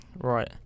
Right